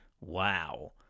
Wow